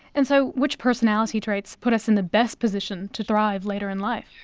and so which personality traits put us in the best position to thrive later in life?